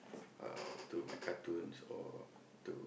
uh to my cartoons or to